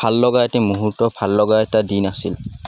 ভাল লগা এটি মুহূৰ্ত ভাল লগা এটা দিন আছিল